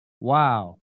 wow